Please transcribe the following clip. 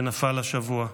שנפל השבוע.